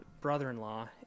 brother-in-law